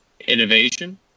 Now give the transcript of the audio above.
innovation